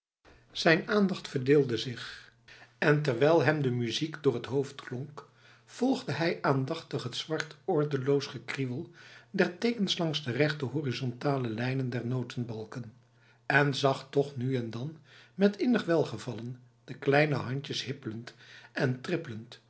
zijn aandacht verdeelde zich en terwijl hem de muziek door het hoofd klonk volgde hij aandachtig het zwart ordeloos gekrieuwel der tekens langs de rechte horizontale lijnen der notenbalken en zag toch nu en dan met innig welgevallen de kleine handjes hippelend en